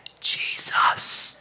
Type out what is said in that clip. Jesus